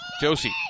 Josie